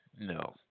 No